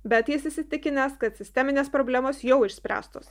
bet jis įsitikinęs kad sisteminės problemos jau išspręstos